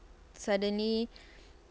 suddenly